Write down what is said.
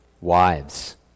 Wives